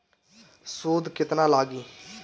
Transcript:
सूद केतना लागी?